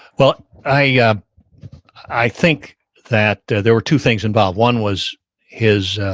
well, i yeah i think that there there were two things involved. one was his